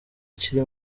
kiri